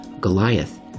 Goliath